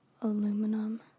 Aluminum